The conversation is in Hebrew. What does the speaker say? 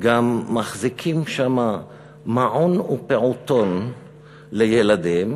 גם מחזיקים שם מעון ופעוטון לילדים,